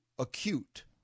acute